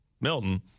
Milton